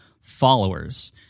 followers